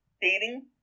dating